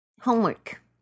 Homework